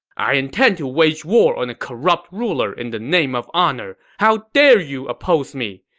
i intend to wage war on a corrupt ruler in the name of honor. how dare you oppose me!